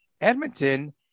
Edmonton